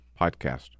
podcast